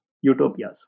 utopias